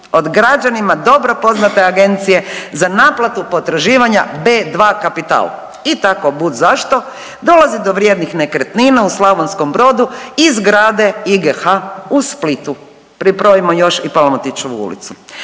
Od građanima dobro poznate agencije za naplatu potraživanja B2 Kapital i tako bud zašto dolazi do vrijednih nekretnina u Slavonskom Brodu i zgrade IGH u Splitu, pribrojimo još i Palmotićevu ulicu.